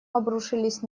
обрушились